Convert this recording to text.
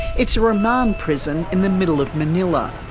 it's a remand prison in the middle of manila.